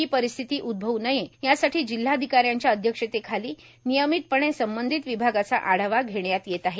ही परिस्थिती उदभव् नयेए यासाठी जिल्हाधिकाऱ्यांच्या अध्यक्षतेखाली नियमितपणे संबंधित विभागाचा आढावा घेण्यात येत आहे